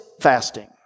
fasting